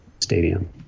Stadium